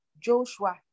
Joshua